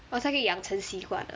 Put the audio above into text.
orh 才可以养成习惯 ah